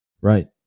Right